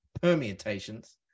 permutations